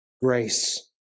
Grace